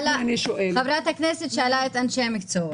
חברת הכנסת שאלה את אנשי המקצוע.